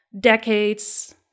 decades